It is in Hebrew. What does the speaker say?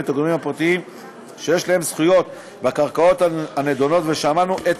את הגורמים הפרטיים שיש להם זכויות בקרקעות הנדונות ושמענו את